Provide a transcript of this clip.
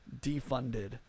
defunded